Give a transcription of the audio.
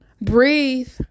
Breathe